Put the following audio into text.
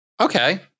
Okay